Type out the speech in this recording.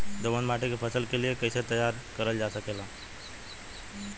दोमट माटी के फसल के लिए कैसे तैयार करल जा सकेला?